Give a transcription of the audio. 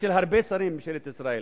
אצל הרבה שרים בממשלת ישראל.